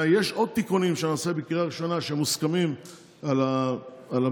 יש עוד תיקונים בקריאה ראשונה שלמעשה מוסכמים על המדינה,